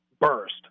burst